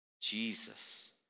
Jesus